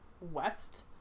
west